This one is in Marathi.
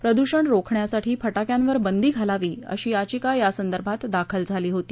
प्रद्षण रोखण्यासाठी फटाक्यावर बंदी घालावी अशी याचिका यासंदर्भात दाखल झाली होती